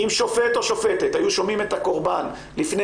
אם שופט או שופטת היו שומעים את הקורבן לפני